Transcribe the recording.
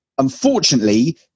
Unfortunately